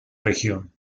región